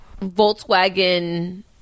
Volkswagen